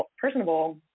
personable